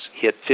hit